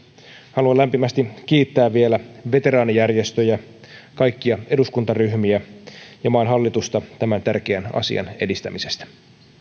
haluan lämpimästi kiittää vielä veteraanijärjestöjä kaikkia eduskuntaryhmiä ja maan hallitusta tämän tärkeän asian edistämisestä